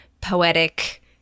poetic